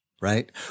right